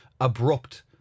abrupt